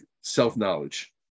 self-knowledge